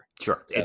Sure